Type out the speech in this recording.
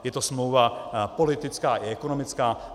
Je to smlouva politická i ekonomická.